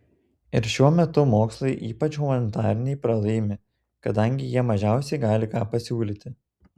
ir šiuo metu mokslai ypač humanitariniai pralaimi kadangi jie mažiausiai gali ką pasiūlyti